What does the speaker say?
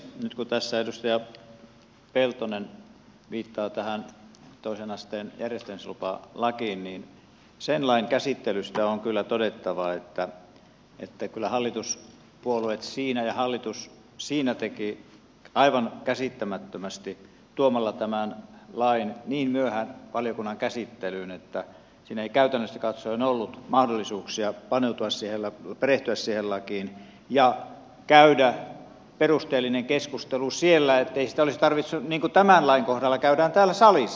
nyt kun tässä edustaja peltonen viittaa tähän toisen asteen järjestämislupalakiin niin sen lain käsittelystä on kyllä todettava että hallituspuolueet ja hallitus siinä tekivät aivan käsittämättömästi tuomalla tämän lain niin myöhään valiokunnan käsittelyyn että siinä ei käytännöllisesti katsoen ollut mahdollisuuksia perehtyä siihen lakiin ja käydä perusteellinen keskustelu siellä ettei sitä olisi tarvinnut tämän lain kohdalla käydä täällä salissa